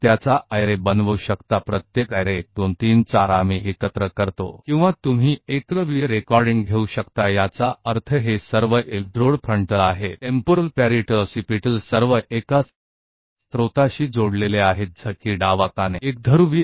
तो आप इसका सरणी बना सकते हैं प्रत्येक सरणी 1 2 3 4 हो सकती है एक असेंबल है जिसे हम असेंबल करते हैं या आप एक एकध्रुवीय recoding हो सकते हैं इसका मतलब है कि ये सभी इलेक्ट्रोड ललाट लौकिक पार्श्विका पश्चकपाल सभी एक स्रोत से जुड़े हुए हैं जैसे एक बाएं कान एक एकध्रुवीय